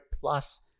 plus